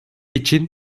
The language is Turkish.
için